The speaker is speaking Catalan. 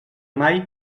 mai